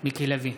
מיקי לוי,